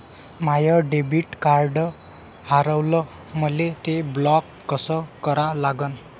माय debit card हारवलं, मले ते ब्लॉक कस करा लागन?